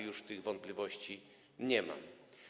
Już tych wątpliwości nie mam.